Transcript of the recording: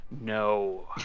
No